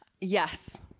Yes